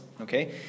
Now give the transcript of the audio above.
okay